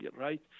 right